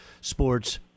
Sports